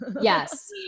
yes